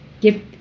give